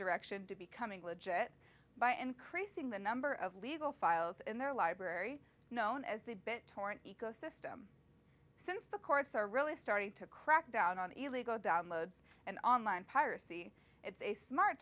direction to becoming legit by increasing the number of legal files in their library known as the bit torrent ecosystem since the courts are really starting to crack down on illegal downloads and online piracy it's a smart